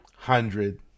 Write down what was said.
Hundred